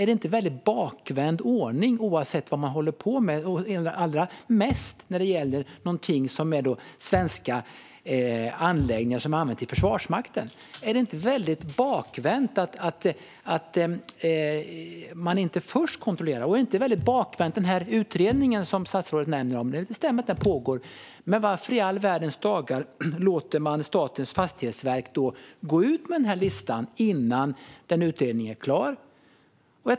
Är det inte en bakvänd ordning oavsett, men särskilt när det gäller svenska anläggningar som har använts inom Försvarsmakten? Är det inte bakvänt att man inte först kontrollerar? Statsrådet nämner utredningen. Det stämmer att den pågår. Men varför i all världens dagar låter man Statens fastighetsverk gå ut med listan innan utredningen är klar?